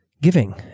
Giving